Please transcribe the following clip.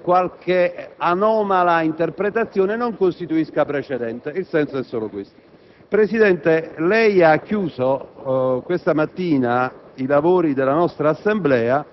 qualche anomala interpretazione non costituisca precedente. Il senso è solo questo. Signor Presidente, lei ha chiuso questa mattina i lavori della nostra Assemblea